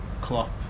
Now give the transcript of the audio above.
Klopp